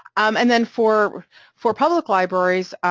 um and then for for public libraries,